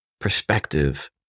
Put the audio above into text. perspective